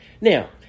Now